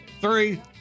three